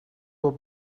will